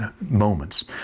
moments